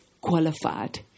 qualified